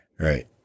Right